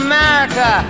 America